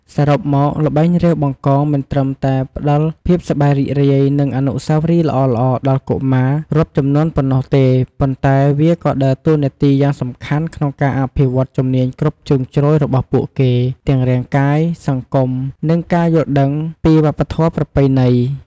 សរុបមក ល្បែង រាវបង្កង មិនត្រឹមតែផ្តល់ភាពសប្បាយរីករាយ និងអនុស្សាវរីយ៍ល្អៗដល់កុមាររាប់ជំនាន់ប៉ុណ្ណោះទេ ប៉ុន្តែវាក៏ដើរតួនាទីយ៉ាងសំខាន់ក្នុងការអភិវឌ្ឍន៍ជំនាញគ្រប់ជ្រុងជ្រោយរបស់ពួកគេ ទាំងរាងកាយ សង្គម និងការយល់ដឹងពីវប្បធម៌ប្រពៃណី។